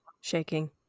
shaking